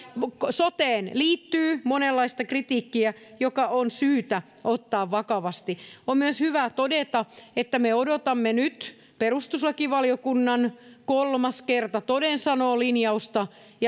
soteen liittyy monenlaista kritiikkiä joka on syytä ottaa vakavasti on myös hyvä todeta että me odotamme nyt perustuslakivaliokunnan kolmas kerta toden sanoo linjausta ja